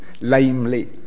lamely